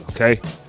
Okay